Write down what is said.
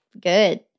good